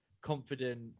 confident